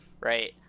right